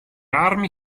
armi